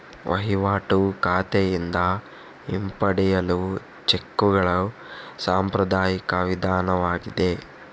ವಹಿವಾಟು ಖಾತೆಯಿಂದ ಹಿಂಪಡೆಯಲು ಚೆಕ್ಕುಗಳು ಸಾಂಪ್ರದಾಯಿಕ ವಿಧಾನವಾಗಿದೆ